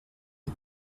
die